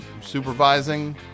supervising